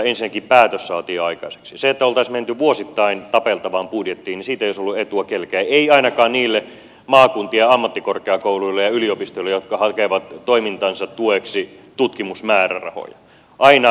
siitä että oltaisiin menty vuosittain tapeltavaan budjettiin ei olisi ollut etua kenellekään ei ainakaan niille maakuntien ammattikorkeakouluille ja yliopistoille jotka hakevat toimintansa tueksi tutkimusmäärärahoja aina